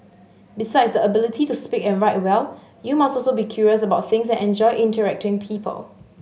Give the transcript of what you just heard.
besides the ability to speak and write well you must also be curious about things and enjoy interacting people